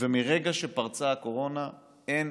ומרגע שפרצה הקורונה אין